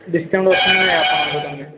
ବିକ୍ରମ ଅଛନ୍ତି ଆପଣଙ୍କ ଦୋକାନରେ